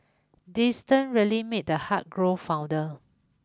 distance really made the heart grow fonder